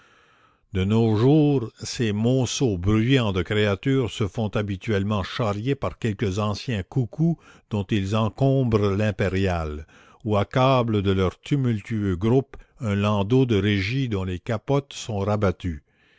de nos jours ces monceaux bruyants de créatures se font habituellement charrier par quelque ancien coucou dont ils encombrent l'impériale ou accablent de leur tumultueux groupe un landau de régie dont les capotes sont rabattues